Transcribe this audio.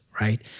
right